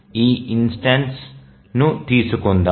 ఈ ఇన్స్టెన్సు తీసుకుందాం